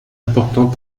important